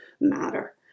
matter